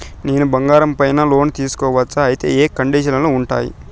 నేను బంగారం పైన లోను తీసుకోవచ్చా? అయితే ఏ కండిషన్లు ఉంటాయి?